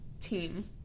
team